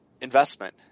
investment